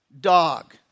dog